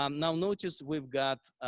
um now notice we've got